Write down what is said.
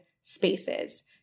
spaces